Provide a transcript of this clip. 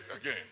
again